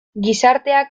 gizarteak